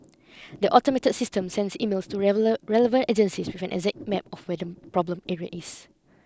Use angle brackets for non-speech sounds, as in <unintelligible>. the automated system sends emails to <unintelligible> relevant agencies with an exact map of where the problem area is